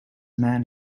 man